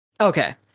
okay